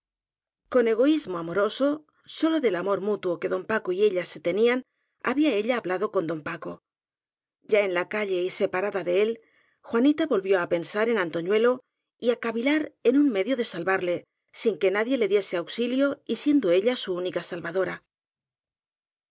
egoís mo amoroso sólo del amor mutuo que don paco y ella se tenían había ella hablado con don paco ya en la calle y separada de él juanita volvió á pensar en antoñuelo y á cavilar en un medio de salvarle sin que nadie le diese auxilio y siendo ella su única salvadora